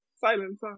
Silence